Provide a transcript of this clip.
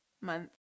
month